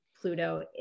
Pluto